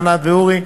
ענת ואורי,